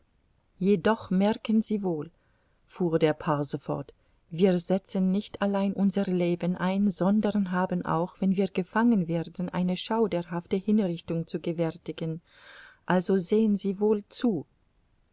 jedoch merken sie wohl fuhr der parse fort wir setzen nicht allein unser leben ein sondern haben auch wenn wir gefangen werden eine schauderhafte hinrichtung zu gewärtigen also sehen sie wohl zu